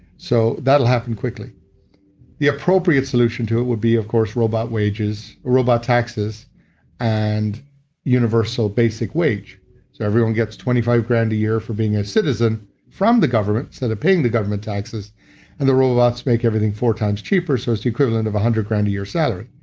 so that'll happen quickly the appropriate solution to it would be, of course, robot wages, robot taxes and universal basic wage so everyone gets twenty five grand a year for being a citizen from the government, so they're paying the government taxes and the robots make everything four times cheaper so it's the equivalent of a hundred grand a year salary.